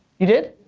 you did?